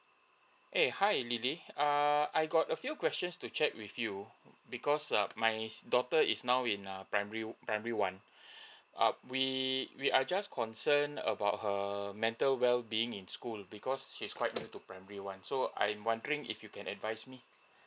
!hey! hi lily err I got a few questions to check with you because err my daughter is now in a primary primary one err we we are just concern about her mental wellbeing in school because she's quite new to primary one so I'm wondering if you can advise me